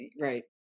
right